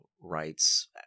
rights